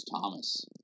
Thomas